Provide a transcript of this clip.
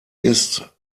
ist